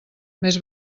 més